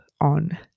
on